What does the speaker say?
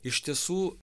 iš tiesų